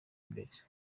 imbere